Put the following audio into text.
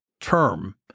term